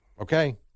okay